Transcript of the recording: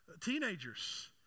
Teenagers